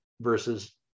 versus